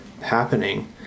happening